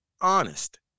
honest